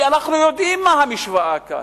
כי אנחנו יודעים מה המשוואה כאן.